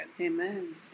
Amen